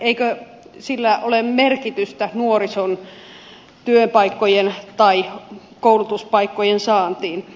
eikö sillä ole merkitystä nuorison työpaikkojen tai koulutuspaikkojen saantiin